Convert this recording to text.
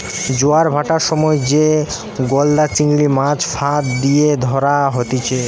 জোয়ার ভাঁটার সময় যে গলদা চিংড়ির, মাছ ফাঁদ লিয়ে ধরা হতিছে